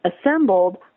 assembled